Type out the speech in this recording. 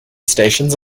stations